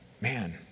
Man